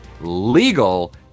Legal